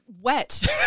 wet